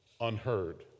unheard